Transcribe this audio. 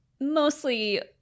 mostly